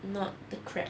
not the crab